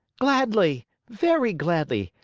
gladly, very gladly,